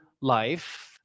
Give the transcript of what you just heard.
life